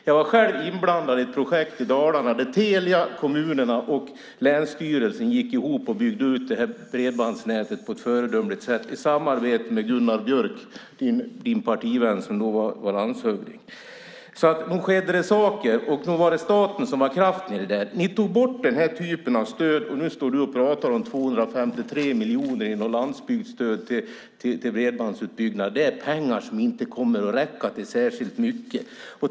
Jag var själv inblandad i ett projekt i Dalarna där Telia, kommunerna och länsstyrelsen gick ihop och byggde ut bredbandsnätet på ett föredömligt sätt i samarbete med Gunnar Björk, din partivän som då var landshövding. Nog skedde det saker, och nog var det staten som var kraften i det. Ni tog bort den typen av stöd, och nu står du och pratar om 253 miljoner i något landsbygdsstöd till bredbandsutbyggnad. Det är pengar som inte kommer att räcka till särskilt mycket.